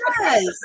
Yes